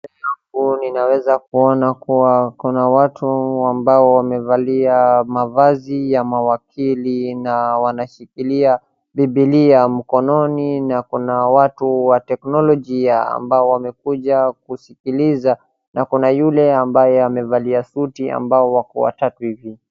Mbele yangu naweza kuona kuwa, kuna watu ambao wamevalia mavazi ya mawakili na wanashikilia bibilia mkononi. Na kuna watu wa teknolojia ambao wamekuja kusikiliza na kuna yule ambaye amevalia suti ambao wako watatu hivi.